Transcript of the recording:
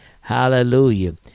Hallelujah